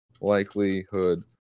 likelihood